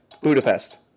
Budapest